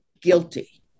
guilty